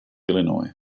illinois